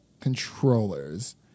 controllers